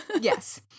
yes